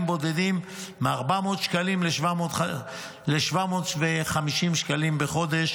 בודדים מ-400 שקלים ל-750 שקלים בחודש,